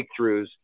breakthroughs